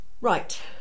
right